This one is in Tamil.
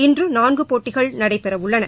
இன்று நான்கு போட்டிகள் நடைபெற உள்ளன